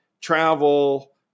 travel